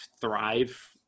thrive